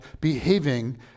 behaving